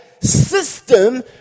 system